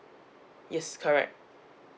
yes correct